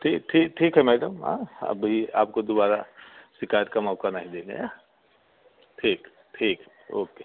ठीक ठीक ठीक है मैडम हाँ अभी आपको दोबारा शिकायत का मौका नहीं देंगे हैं ठीक ठीक ओके